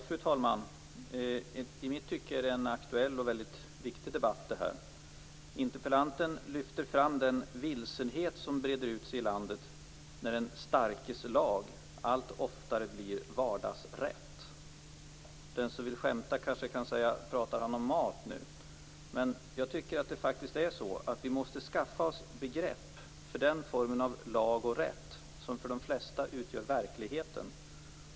Fru talman! I mitt tycke är detta en mycket aktuell och viktig debatt. Interpellanten lyfter fram den vilsenhet som breder ut sig i landet när den starkes lag allt oftare blir vardagsrätt. Den som vill skämta kan undra om jag talar om mat nu, men vi måste faktiskt skaffa oss begrepp för den form av lag och rätt som för de flesta utgör verkligheten.